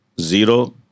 zero